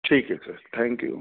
ٹھیک ہے sir thank you